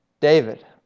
David